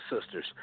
sisters